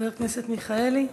חבר הכנסת מיכאלי.